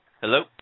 Hello